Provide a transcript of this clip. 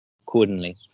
accordingly